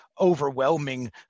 overwhelming